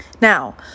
Now